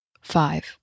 five